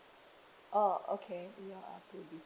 oh okay